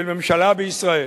של ממשלה בישראל.